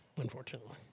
unfortunately